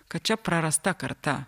kad čia prarasta karta